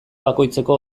bakoitzeko